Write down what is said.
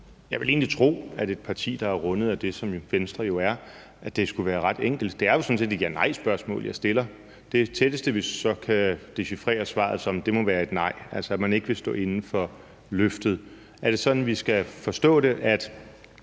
jeg ville egentlig tro, at det for et parti, der rundet af det, som Venstre jo er, skulle være ret enkelt. Det er jo sådan set et ja-nej-spørgsmål, jeg stiller. Det tætteste, vi så kan dechifrere svaret som, må være et nej, altså at man ikke vil stå inde for løftet. Er det sådan, vi skal forstå det,